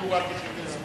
אם ילמדו רק יחידי סגולה,